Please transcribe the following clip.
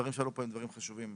הדברים שעלו פה הם דברים חשובים.